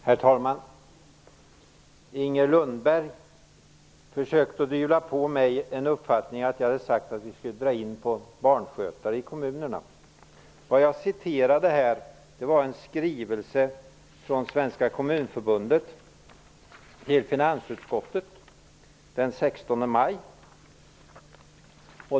Herr talman! Inger Lundberg försökte pådyvla mig att jag hade sagt att vi skulle dra in på barnskötare i kommunerna. Det jag citerade var en skrivelse från Svenska kommunförbundet till finansutskottet av den 16 maj.